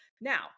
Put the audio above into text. Now